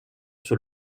sur